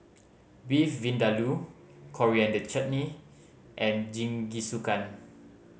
Beef Vindaloo Coriander Chutney and Jingisukan